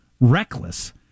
reckless